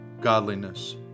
godliness